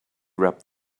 rapped